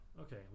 okay